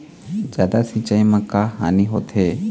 जादा सिचाई म का हानी होथे?